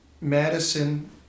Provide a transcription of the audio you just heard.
Madison